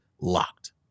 LOCKED